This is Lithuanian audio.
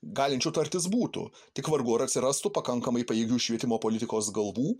galinčių tartis būtų tik vargu ar atsirastų pakankamai pajėgių švietimo politikos galvų